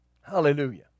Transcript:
Hallelujah